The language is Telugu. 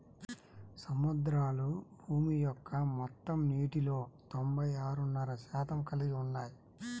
సముద్రాలు భూమి యొక్క మొత్తం నీటిలో తొంభై ఆరున్నర శాతం కలిగి ఉన్నాయి